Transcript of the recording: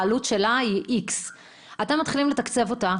העלות שלה היא X. אתם מתחילים לתקצב אותה.